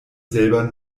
selber